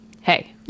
Hey